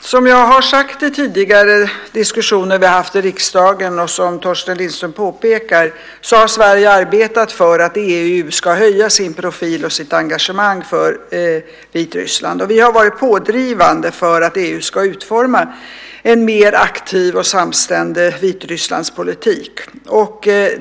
Som jag sagt i tidigare diskussioner som vi haft i riksdagen, och som Torsten Lindström påpekar, har Sverige arbetat för att EU ska höja sin profil och öka sitt engagemang för Vitryssland. Vi har varit pådrivande för att EU ska utforma en mer aktiv och samstämmig Vitrysslandspolitik.